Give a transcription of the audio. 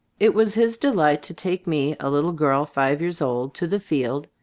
it was his delight to take me, a little girl five years old, to the field,